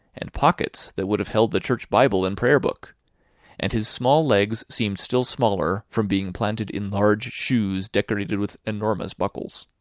and pockets that would have held the church bible and prayer-book and his small legs seemed still smaller, from being planted in large shoes decorated with enormous buckles.